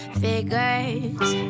figures